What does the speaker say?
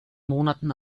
monaten